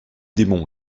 démons